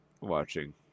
watching